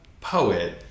poet